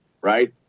right